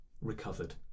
recovered